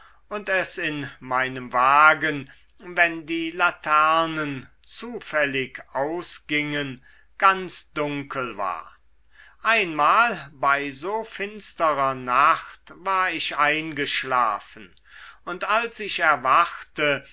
und es in meinem wagen wenn die laternen zufällig ausgingen ganz dunkel war einmal bei so finsterer nacht war ich eingeschlafen und als ich erwachte